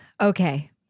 Okay